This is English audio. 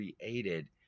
created